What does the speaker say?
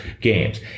games